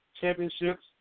championships